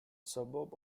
suburb